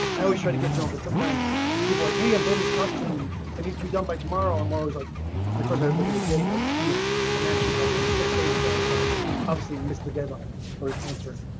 i always try to get to them, but sometimes people like, hey, a bonus costume and needs to be done by tomorrow and was like, of course i would look at the data, you know i mentioned it, like, six days ago so obviously missed the deadline for is answered.